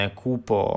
cupo